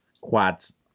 quads